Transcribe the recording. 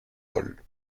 paul